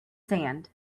sand